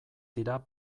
dira